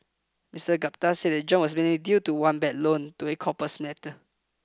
Mister Gupta said the jump was mainly due to one bad loan to a copper smelter